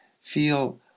feel